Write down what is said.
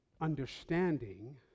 understanding